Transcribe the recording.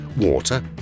Water